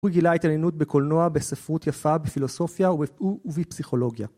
הוא גילה התעניינות בקולנוע, בספרות יפה, בפילוסופיה ובפסיכולוגיה.